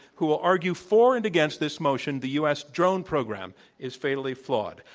who will argue for and against this motion the u. s. drone program is fatally flawed.